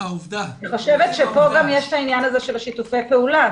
אני חושבת שפה גם יש את העניין הזה של שיתופי פעולה.